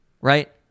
right